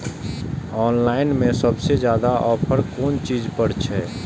Online में सबसे ज्यादा ऑफर कोन चीज पर छे?